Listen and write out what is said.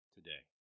today